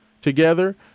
together